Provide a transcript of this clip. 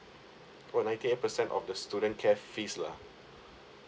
oh ninety eight percent of the student care fees lah